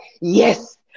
yes